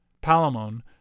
Palamon